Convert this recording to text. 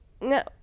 no